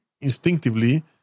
instinctively